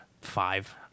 five